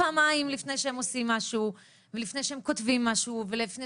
פעמיים לפני שהם עושים משהו ולפני שהם כותבים משהו ולפני